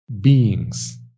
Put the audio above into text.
beings